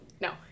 No